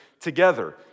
together